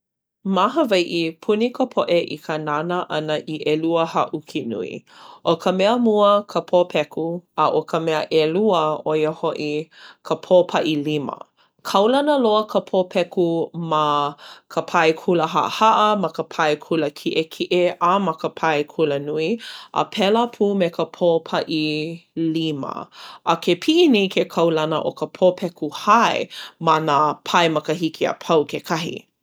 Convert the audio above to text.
Ma Hawaiʻi puni ka poʻe i ka nānā ʻana i ʻelua haʻuki nui. ʻO ka mea mau ka pōpeku. A ʻo ka mea ʻelua ʻo ia hoʻi ka pō paʻi lima. Kaulana loa ka pōpeku ma ka pae kula haʻahaʻa, ma ka pae kula kiʻekiʻe a ma ka pae kulanui. A pēlā pū me ka pō paʻi lima. A ke piʻi nei ke kaulana ka pōpeku hae ma nā pae makahiki a pau kekahi.